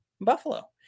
Buffalo